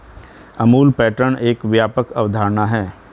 Amul pattern एक व्यापक अवधारणा है